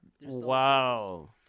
Wow